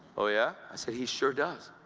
oh yeah? i said, he sure does.